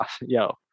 yo